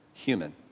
human